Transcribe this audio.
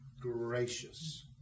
gracious